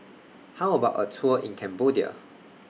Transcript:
How about A Tour in Cambodia